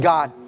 God